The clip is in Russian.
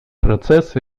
процесс